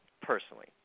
personally